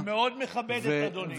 אני מאוד מכבד את אדוני.